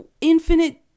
infinite